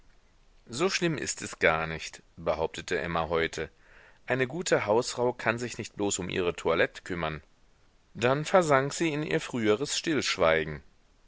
so schlimm ist es gar nicht behauptete emma heute eine gute hausfrau kann sich nicht bloß um ihre toilette kümmern dann versank sie in ihr früheres stillschweigen